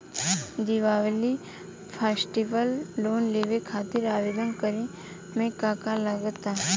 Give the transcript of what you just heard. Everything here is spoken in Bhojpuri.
दिवाली फेस्टिवल लोन लेवे खातिर आवेदन करे म का का लगा तऽ?